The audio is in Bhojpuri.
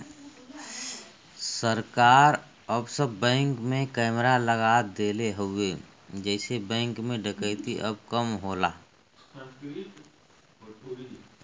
सरकार अब सब बैंक में कैमरा लगा देले हउवे जेसे बैंक में डकैती अब कम होला